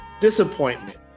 disappointment